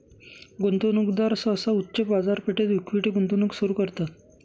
गुंतवणूकदार सहसा उच्च बाजारपेठेत इक्विटी गुंतवणूक सुरू करतात